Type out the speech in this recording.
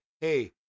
hey